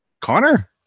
Connor